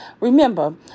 Remember